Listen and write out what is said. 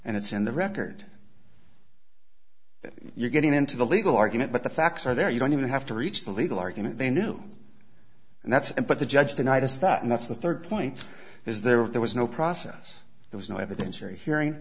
and it's in the record that you're getting into the legal argument but the facts are there you don't even have to reach the legal argument they knew and that's it but the judge tonight is that and that's the third point is there were there was no process there was no evidence or hearing